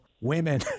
women